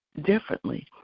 differently